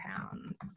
pounds